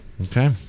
Okay